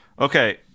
Okay